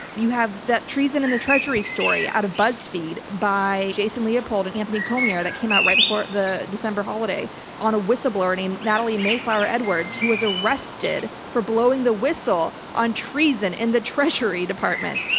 you have that treason in the treasury story out of buzzfeed by jason leopold and anthony cohlmia that came out right before the december holiday on a whistleblower named natalie mayflower edwards, who was arrested for blowing the whistle on treason in the treasury department.